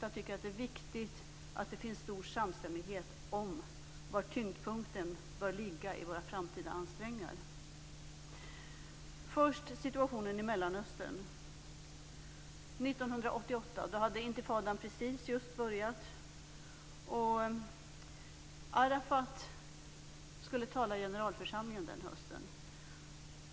Jag tycker att det är viktigt att det finns stor samstämmighet om var tyngdpunkten bör ligga i våra framtida ansträngningar. Först vill jag ta upp situationen i Mellanöstern. År 1988 hade intifadan precis börjat. Arafat skulle tala i generalförsamlingen den hösten.